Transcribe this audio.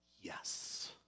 yes